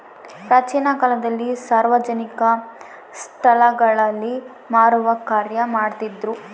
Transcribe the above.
ಪ್ರಾಚೀನ ಕಾಲದಲ್ಲಿ ಸಾರ್ವಜನಿಕ ಸ್ಟಳಗಳಲ್ಲಿ ಮಾರುವ ಕಾರ್ಯ ಮಾಡ್ತಿದ್ರು